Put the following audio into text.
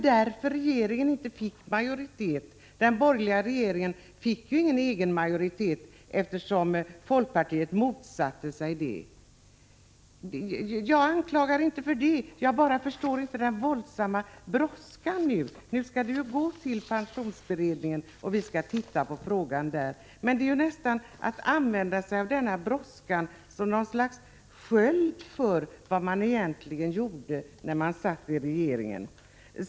Den borgerliga regeringen fick ju ingen egen majoritet, eftersom folkpartiet motsatte sig detta. Jag anklagar inte folkpartiet för det, jag förstår bara inte den våldsamma brådskan. Nu skall ju pensionsberedningen se på frågan, men det verkar som om man ville utnyttja denna brådska som något slags sköld för vad man egentligen gjorde när man satt i regeringen.